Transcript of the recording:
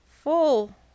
full